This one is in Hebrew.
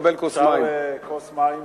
אפשר כוס מים לדובר?